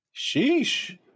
Sheesh